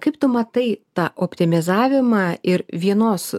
kaip tu matai tą optimizavimą ir vienos